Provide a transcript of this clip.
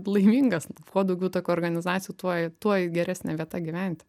laimingas kuo daugiau tokių organizacijų tuo tuo geresnė vieta gyventi